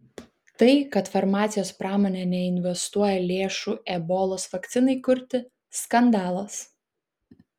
tai kad farmacijos pramonė neinvestuoja lėšų ebolos vakcinai kurti skandalas